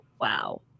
Wow